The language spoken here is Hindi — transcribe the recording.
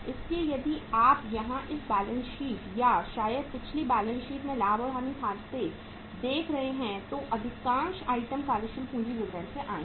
इसलिए यदि आप यहां इस बैलेंस शीट या शायद पिछली शीट में लाभ और हानि खाते देख रहे हैं तो अधिकांश आइटम कार्यशील पूंजी विवरण से आए हैं